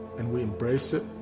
and we embrace it.